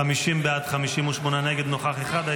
50 בעד, 58 נגד, נוכח אחד.